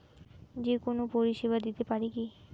যে কোনো পরিষেবা দিতে পারি কি?